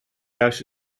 juist